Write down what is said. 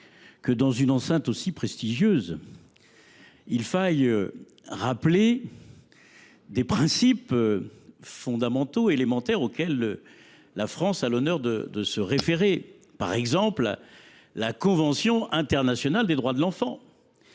que, dans une enceinte aussi prestigieuse, il faille rappeler des principes élémentaires et fondamentaux auxquels la France a l’honneur de se référer. Je pense par exemple à la convention internationale des droits de l’enfant,